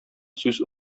сүз